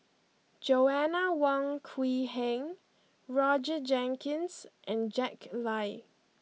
Joanna Wong Quee Heng Roger Jenkins and Jack Lai